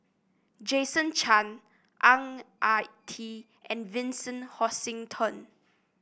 Jason Chan Ang Ah Tee and Vincent Hoisington